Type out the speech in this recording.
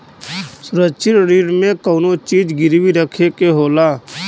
सुरक्षित ऋण में कउनो चीज गिरवी रखे के होला